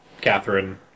Catherine